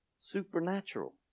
Supernatural